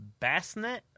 Bassnet